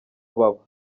baba